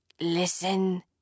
Listen